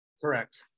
Correct